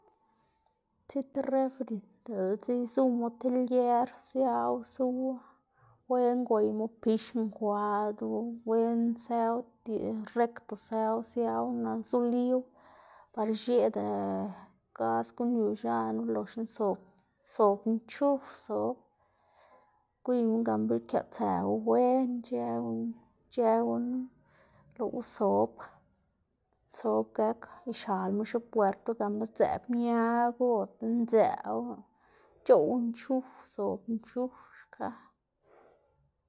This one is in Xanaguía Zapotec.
tib refri diꞌltsa izumu ti lger siawu suwu, wen gweymu pix nkwadu, wen sëwu dile recto sëwu siawu na zoliwu, par ix̱eꞌda gas guꞌn yu x̱anu, loxna sob sob nchuf sob, gwiyma gan be kë tsëwu wen ic̲h̲ë ic̲h̲ë gunu lowu sob sob gak ixalma xipuerdtu gan be sdzeꞌb ñagu ota ndzëꞌwu c̲h̲oꞌw nchuf sob nchuf xka.